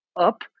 up